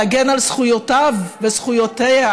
להגן על זכויותיו וזכויותיה